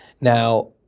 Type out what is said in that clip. Now